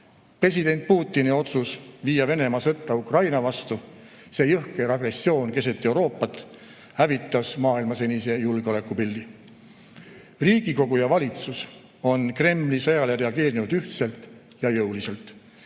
President Putini otsus viia Venemaa sõtta Ukraina vastu, see jõhker agressioon keset Euroopat hävitas maailma senise julgeolekupildi. Riigikogu ja valitsus on Kremli sõjale reageerinud ühtselt ja jõuliselt,